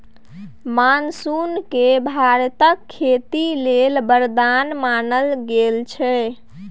monsoon केँ भारतक खेती लेल बरदान मानल गेल छै